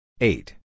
Eight